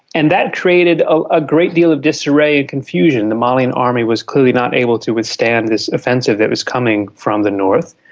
and that created a great deal of disarray and confusion. the malian army was clearly not able to withstand this offensive that was coming from the north.